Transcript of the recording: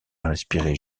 inspiré